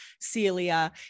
Celia